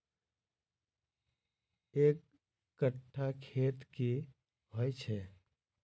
एक कट्ठा खेत की होइ छै?